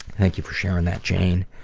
thank you for sharing that jane.